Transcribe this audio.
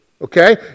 Okay